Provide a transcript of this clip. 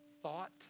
thought